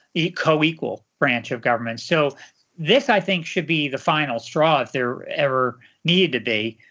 a co-equal branch of government. so this i think should be the final straw if there ever need to be,